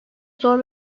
zor